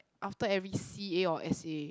after every c_a or s_a